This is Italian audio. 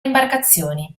imbarcazioni